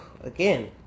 again